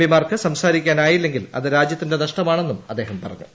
പിമാർക്ക് സംസാരിക്കാനായില്ലെങ്കിൽ അത് രാജ്യത്തിന്റെ നഷ്ടമാണെന്നും അദ്ദേഹം പറഞ്ഞു